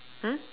mm